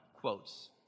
quotes